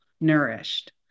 nourished